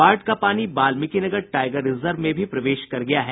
बाढ़ का पानी बाल्मिकीनगर टाईगर रिजर्व में भी प्रवेश कर गया है